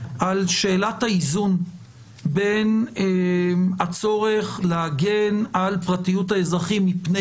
על שאלת האיזון בין הצורך להגן על פרטיות האזרחים מפני